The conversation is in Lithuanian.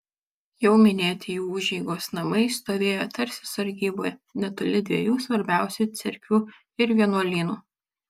jau minėti jų užeigos namai stovėjo tarsi sargyboje netoli dviejų svarbiausių cerkvių ir vienuolynų